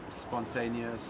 spontaneous